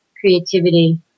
creativity